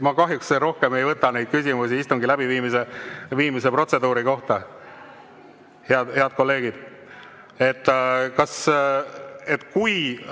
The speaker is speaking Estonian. Ma kahjuks rohkem ei võta küsimusi istungi läbiviimise protseduuri kohta. (Saalis räägitakse.) Head kolleegid,